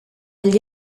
gli